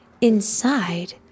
Inside